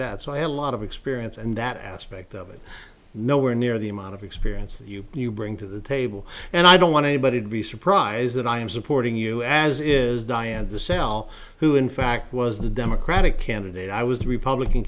that so i have a lot of experience and that aspect of it nowhere near the amount of experience that you do you bring to the table and i don't want anybody to be surprised that i am supporting you as is diane the cell who in fact was the democratic candidate i was the republican